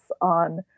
on